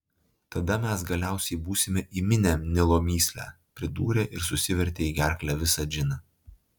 tada mes galiausiai būsime įminę nilo mįslę pridūrė ir susivertė į gerklę visą džiną